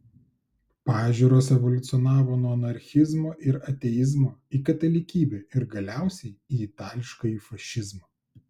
pažiūros evoliucionavo nuo anarchizmo ir ateizmo į katalikybę ir galiausiai į itališkąjį fašizmą